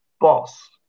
boss